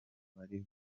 bari